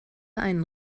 einen